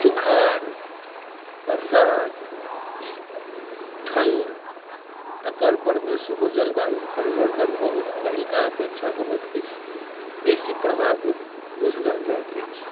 सुखाड़ बरसात ठण्ड एकर परमे सेहो जलवायुक परिवर्तन बहुत पहिलुका अपेक्षा बहुत किछु बेसी प्रभाव बुझना जाइत अछि